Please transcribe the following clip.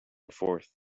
fourth